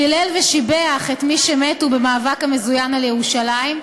שהילל ושיבח את מי שמתו במאבק המזוין על ירושלים,